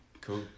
Cool